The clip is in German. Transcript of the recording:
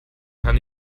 kann